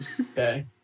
okay